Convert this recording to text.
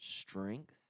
strength